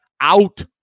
out